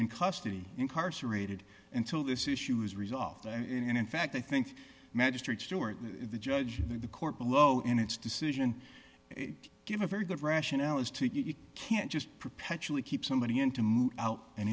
in custody incarcerated until this issue is resolved and in fact i think magistrate stuart the judge the court below in its decision to give a very good rationale as to you can't just perpetually keep somebody in to move out an